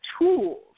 tools